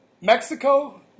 Mexico